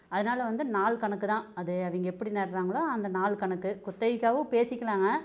அதனால வந்து நாள் கணக்கு தான் அது அவங்க எப்படி நடுறாங்களோ அந்த நாள் கணக்கு குத்தகைக்காகவும் பேசிக்கலாங்க